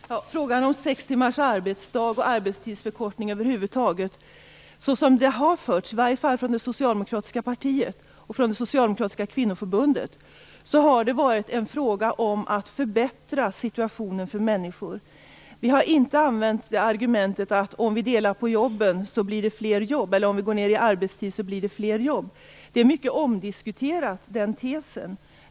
Fru talman! Frågan om sex timmars arbetsdag och arbetstidsförkortning över huvud taget har varit, som den har förts fram från det socialdemokratiska partiet och från det socialdemokratiska kvinnoförbundet, en fråga om att förbättra situationen för människor. Vi har inte använt argumentet att om vi delar på jobben blir de fler, eller att om vi går ned i arbetstid blir det fler jobb. Denna tes är mycket omdiskuterad.